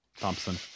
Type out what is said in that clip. Thompson